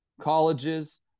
colleges